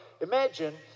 Imagine